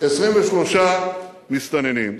23 מסתננים.